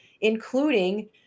including